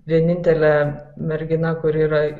vienintelė mergina kuri yra